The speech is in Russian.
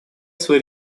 свои